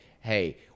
Hey